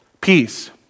Peace